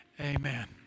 Amen